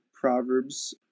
Proverbs